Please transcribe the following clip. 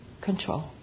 control